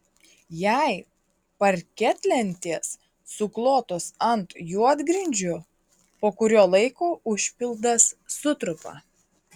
jei parketlentės suklotos ant juodgrindžių po kurio laiko užpildas sutrupa